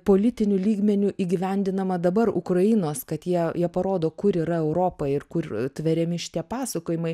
politiniu lygmeniu įgyvendinama dabar ukrainos kad jie jie parodo kur yra europa ir kur tveriami šitie pasakojimai